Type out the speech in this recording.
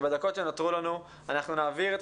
שבדקות שנותרו לנו אנחנו נעביר את